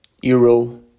Euro